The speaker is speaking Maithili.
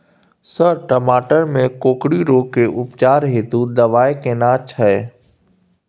सर टमाटर में कोकरि रोग के उपचार हेतु दवाई केना छैय?